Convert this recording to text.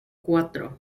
cuatro